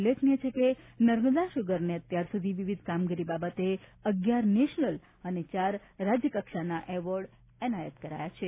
ઉલ્લેખનીય છે કે નર્મદા સુગરને અત્યાર સુધી વિવિધ કામગીરી બાબતે નેશનલ અને રાજ્ય કક્ષાના એવોર્ડ એનાયત કરાયા છે